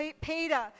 Peter